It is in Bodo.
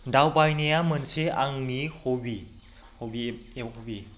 दावबायनाया मोनसे आंनि हबि